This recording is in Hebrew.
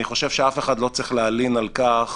אני חושב שאף אחד לא צריך להלין על כך